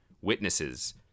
witnesses